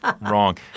wrong